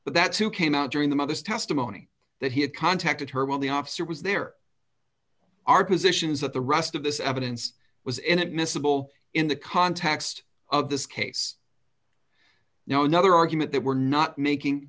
but that's who came out during the mother's testimony that he had contacted her while the officer was there are positions that the rest of this evidence was inadmissible in the context of this case now another argument that we're not making